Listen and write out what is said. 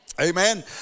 Amen